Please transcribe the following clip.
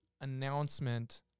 announcement